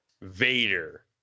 Vader